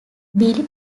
billy